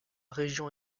région